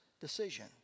decision